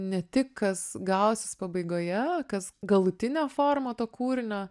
ne tik kas gausis pabaigoje kas galutinė forma to kūrinio